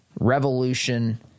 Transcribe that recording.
revolution